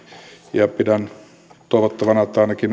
ja pidän toivottavana että ainakin